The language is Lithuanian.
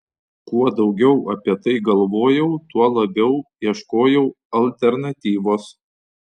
kuo daugiau apie tai galvojau tuo labiau ieškojau alternatyvos